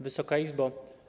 Wysoka Izbo!